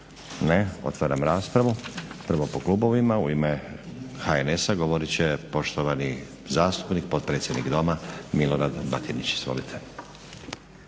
Ne. Otvaram raspravu. Prvo po klubovima. U ime HNS-a govorit će poštovani zastupnik, potpredsjednik Doma Milorad Batinić, izvolite.